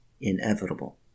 inevitable